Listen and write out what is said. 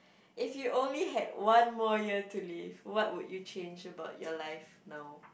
if you only had one more year to live what would you change about your life now